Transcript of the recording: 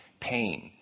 pain